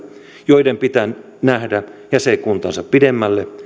joiden pitää nähdä jäsenkuntaansa pidemmälle